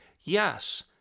Yes